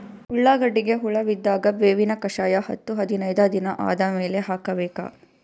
ಉಳ್ಳಾಗಡ್ಡಿಗೆ ಹುಳ ಬಿದ್ದಾಗ ಬೇವಿನ ಕಷಾಯ ಹತ್ತು ಹದಿನೈದ ದಿನ ಆದಮೇಲೆ ಹಾಕಬೇಕ?